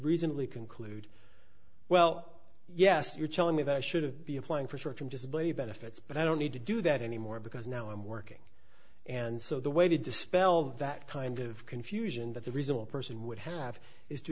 reasonably conclude well yes you're telling me that i should have been applying for short term disability benefits but i don't need to do that anymore because now i'm working and so the way to dispel that kind of confusion that the reasonable person would have is to